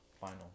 final